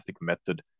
method